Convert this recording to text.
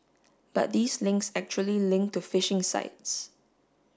but these links actually link to phishing sites